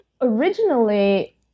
originally